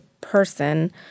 person